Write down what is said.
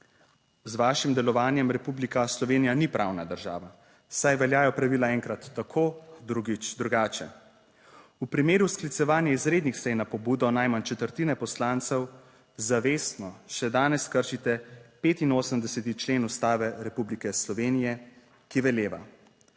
Z vašim delovanjem Republika Slovenija ni pravna država, saj veljajo pravila enkrat tako, drugič drugače. V primeru sklicevanja izrednih sej na pobudo najmanj četrtine poslancev, zavestno še danes kršite 85. člen Ustave Republike Slovenije, ki veleva,